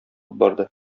барды